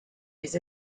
les